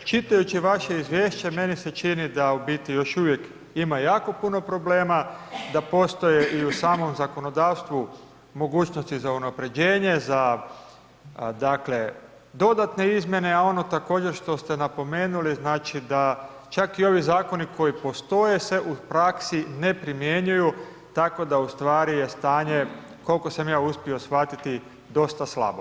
Čitajući vaše izvješće meni se čini da u biti još uvijek ima jako puno problema da postoje i u samom zakonodavstvu mogućnosti za unapređenje za dakle dodatne izmjene, a ono također što ste napomenuli znači da čak i ovi zakoni koji postoje se u praksi ne primjenjuju tako da ustvari je stanje dosta slabo.